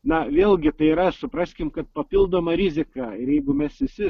na vėlgi tai yra supraskim kad papildoma rizika ir jeigu mes visi